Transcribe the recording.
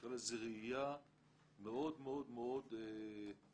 נקרא לזה ראייה מאוד מאוד מאוד חד-כיוונית,